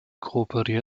kooperiert